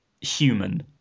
human